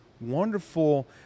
wonderful